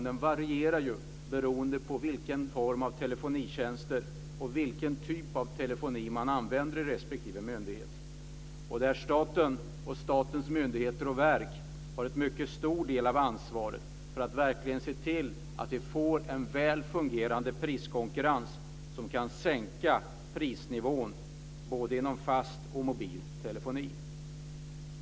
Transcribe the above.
Den varierar beroende på vilken form av telefonitjänster och vilken typ av telefoni man använder i respektive myndighet. Staten, och statens myndigheter och verk, har en mycket stor del av ansvaret när det gäller att se till att vi får en väl fungerande priskonkurrens som kan sänka prisnivån både inom fast och inom mobil telefoni.